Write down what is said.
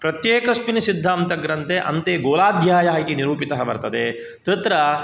प्रत्येकस्मिन् सिद्धान्तग्रन्थे अन्ते गोलाध्यायः इति निरूपितः वर्तते तत्र